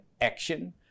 action